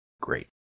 Great